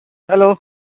hello